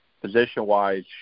position-wise